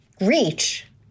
reach